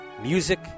music